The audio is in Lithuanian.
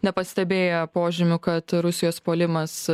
nepastebėję požymių kad rusijos puolimas